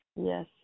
Yes